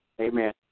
Amen